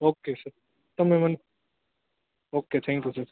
okay તમે મને okay thank you sir